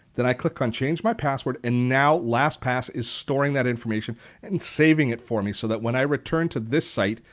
i click on change my password and now lastpass is storing that information and saving it for me so that when i return to this site,